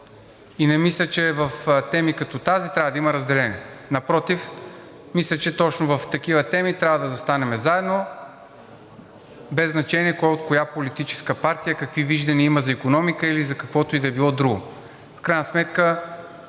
и не мисля, че в теми като тази трябва да има разделение. Напротив, мисля, че точно в такива теми трябва да застанем заедно, без значение кой от коя политическа партия е, какви виждания има за икономика или за каквото и да било друго.